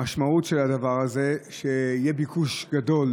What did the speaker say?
המשמעות של הדבר הזה שצפוי שיהיה ביקוש גדול